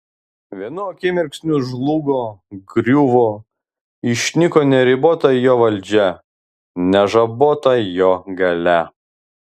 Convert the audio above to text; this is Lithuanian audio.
vienu akimirksniu žlugo griuvo išnyko neribota jo valdžia nežabota jo galia